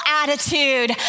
attitude